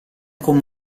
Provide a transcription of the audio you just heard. come